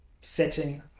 setting